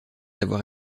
avoir